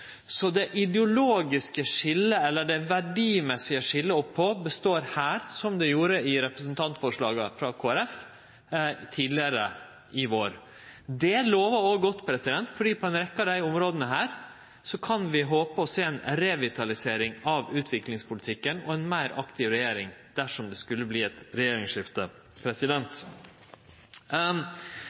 Så det ideologiske – eller verdimessige – skiljet held fram her, som det gjorde i representantforslaga frå Kristeleg Folkeparti tidlegare i vår. Det lovar godt, for på ei rekkje av desse områda kan vi håpe å sjå ei revitalisering av utviklingspolitikken og ei meir aktiv regjering, dersom det skulle verte eit regjeringsskifte.